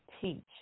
teach